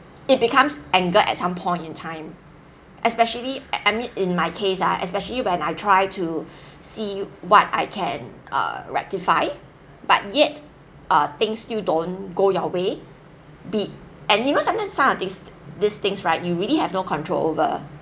it becomes anger at some point in time especially eh I mean in my case ah especially when I try to see what I can err rectify but yet uh things still don't go your way beat and you know sometimes some of things these things right you really have no control over